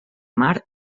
mar